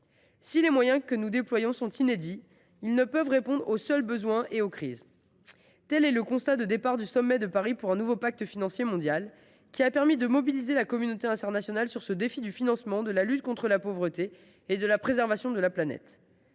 Si les moyens que nous déployons sont inédits, ils ne permettent pas, à eux seuls, de répondre aux besoins et aux crises. Tel était le constat de départ du sommet de Paris pour un nouveau pacte financier mondial, qui a permis de mobiliser la communauté internationale face au défi du financement de la lutte contre la pauvreté et de la préservation de la planète.